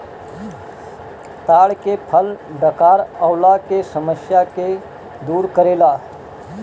ताड़ के फल डकार अवला के समस्या के दूर करेला